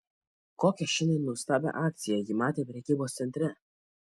kokią šiandien nuostabią akciją ji matė prekybos centre